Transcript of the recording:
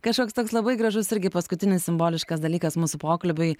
kažkoks toks labai gražus irgi paskutinis simboliškas dalykas mūsų pokalbiui